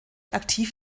aktiv